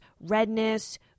redness